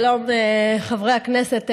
שלום, חברי הכנסת.